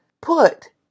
put